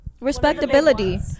respectability